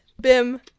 bim